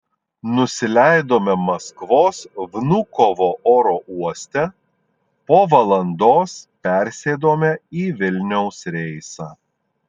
nusileidome maskvos vnukovo oro uoste po valandos persėdome į vilniaus reisą